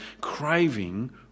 craving